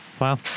Wow